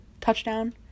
touchdown